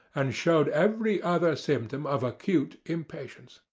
and showed every other symptom of acute impatience.